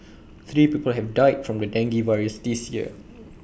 three people have died from the dengue virus this year